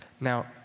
Now